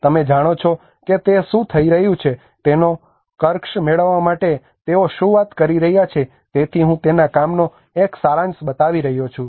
તમે જાણો છો કે તે શું થઈ રહ્યું છે તેનો કર્કશ મેળવવા માટે તેઓ શું વાત કરી રહ્યા છે તેથી હું તેના કામનો એક સારાંશ બતાવી રહ્યો છું